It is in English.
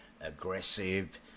aggressive